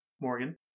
Morgan